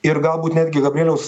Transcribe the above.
ir galbūt netgi gabrieliaus